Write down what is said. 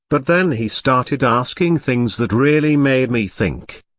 but then he started asking things that really made me think.